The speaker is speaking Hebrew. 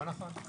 לא נכון.